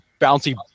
bouncy